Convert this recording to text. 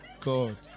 God